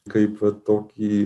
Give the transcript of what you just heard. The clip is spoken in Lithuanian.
kaip va tokį